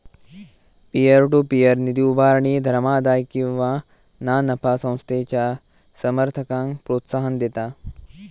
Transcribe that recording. peer to peer निधी उभारणी धर्मादाय किंवा ना नफा संस्थेच्या समर्थकांक प्रोत्साहन देता